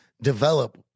develop